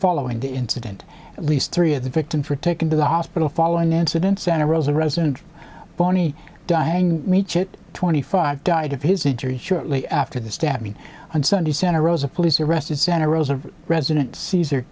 following the incident at least three of the victims were taken to the hospital following an incident santa rosa resident bonnie dying each it twenty five died of his injuries shortly after the stabbing on sunday santa rosa police arrested santa rosa resident cesar